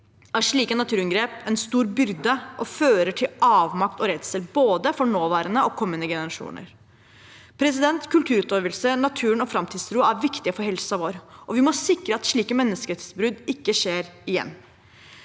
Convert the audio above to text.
er slike naturinngrep en stor byrde og fører til avmakt og redsel for både nåværende og kommende generasjoner. Kulturutøvelse, natur og framtidstro er viktig for helsen vår, og vi må sikre at slike menneskerettsbrudd ikke skjer igjen.